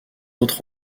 autres